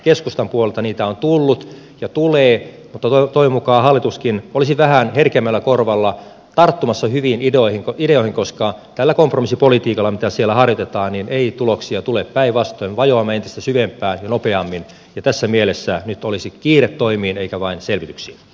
keskustan puolelta niitä on tullut ja tulee mutta toivon mukaan hallituskin olisi vähän herkemmällä korvalla tarttumassa hyviin ideoihin koska tällä kompromissipolitiikalla mitä siellä harjoitetaan ei tuloksia tule päinvastoin vajoamme entistä syvempään ja nopeammin ja tässä mielessä nyt olisi kiire toimiin eikä vain selvityksiin